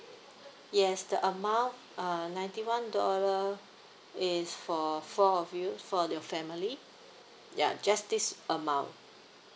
yes the amount uh ninety one dollar is for four of you for your family ya just this amount